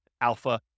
alpha